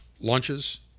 launches